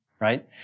right